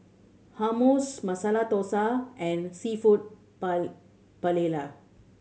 Hummus Masala Dosa and Seafood Paella